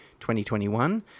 2021